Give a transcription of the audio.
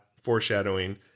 Foreshadowing